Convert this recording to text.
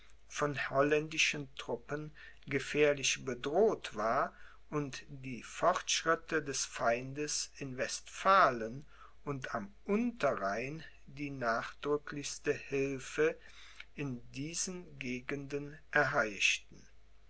von holländischen truppen gefährlich bedroht war und die fortschritte des feindes in westphalen und am unterrhein die nachdrücklichste hilfe in diesen gegenden erheischten